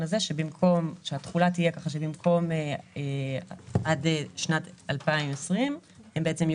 שהתחולה תהיה ככה שבמקום עד שנת 2020 הן יהיו